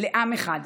לעם אחד.